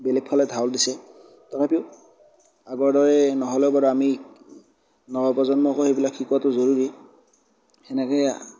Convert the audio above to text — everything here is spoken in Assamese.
বেলেগ ফালে ঢাল দিছে তথাপিও আগৰ দৰে নহ'লেও বাৰু আমি নৱপ্ৰজন্মকো সেইবিলাক শিকোৱাতোও জৰুৰী তেনেকেই